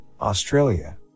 Australia